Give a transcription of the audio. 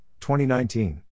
2019